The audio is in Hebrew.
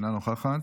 אינה נוכחת,